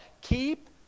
keep